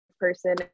person